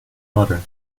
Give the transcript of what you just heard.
mother